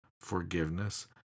forgiveness